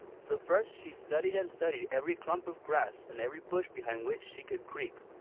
so first she studied and studied every clump of grass and every bush behind which she could creep.